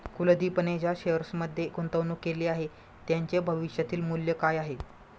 कुलदीपने ज्या शेअर्समध्ये गुंतवणूक केली आहे, त्यांचे भविष्यातील मूल्य काय आहे?